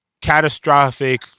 catastrophic